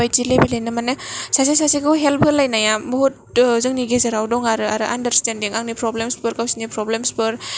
ओं बेबादिनो लेबेलयैनो माने सासेया सासेखौ हेल्प होलायनाया बुहुत जोंनि गेजेराव दं आरो आरो आनदारस्तेनदिं आंनि फ्रब्लेम्सफोर गावसोरनि फ्रब्लेम्सफोर सेयार खालामलायो